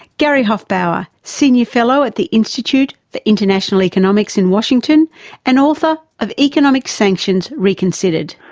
gary hufbauer, senior fellow at the institute for international economics in washington and author of economic sanctions reconsidered.